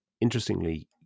interestingly